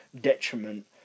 detriment